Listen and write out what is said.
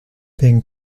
being